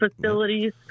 facilities